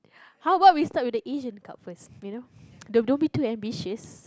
how about we start with the Asian Cup first you know don't don't be too ambitious